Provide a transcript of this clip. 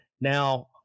Now